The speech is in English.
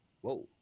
Whoa